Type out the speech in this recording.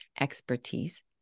expertise